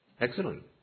Excellent